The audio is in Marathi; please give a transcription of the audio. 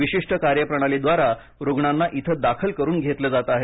विशीष्ट कार्यप्रणालीद्वारा रुग्णांना इथे दाखल करून घेतलं जात आहे